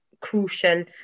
crucial